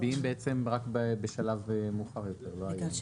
מצביעים רק בשלב מאוחר יותר, לא היום,